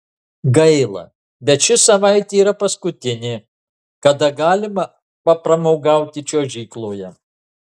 gaila bet ši savaitė yra paskutinė kada galima papramogauti čiuožykloje